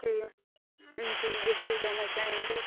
जी जी A C से जाना चाहेंगे